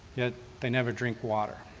yet they never drink water.